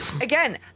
Again